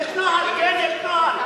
כן, יש נוהל.